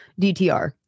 DTR